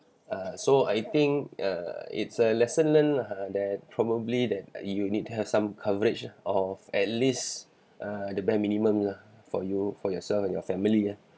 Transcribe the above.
err so I think uh it's a lesson learned lah that probably that you need to have some coverage of at least uh the bare minimum lah for you for yourself and your family ah